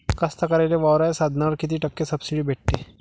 कास्तकाराइले वावराच्या साधनावर कीती टक्के सब्सिडी भेटते?